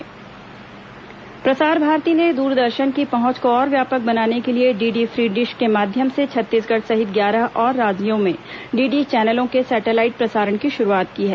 प्रसार भारती डीडी प्रसार भारती ने दूरदर्शन की पहंच को और व्यापक बनाने के लिए डीडी फ्री डिश के माध्यम से छत्तीसगढ़ सहित ग्यारह और राज्यों में डीडी चैनलों के सैटेलाइट प्रसारण की शुरूआत की है